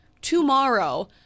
tomorrow